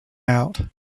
out